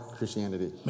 Christianity